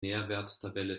nährwerttabelle